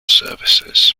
services